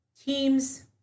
teams